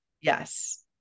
Yes